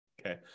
okay